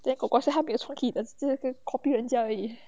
then kor kor 她比从她:tabi cong ta didn't 她这个 copy 人家而已